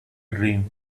dream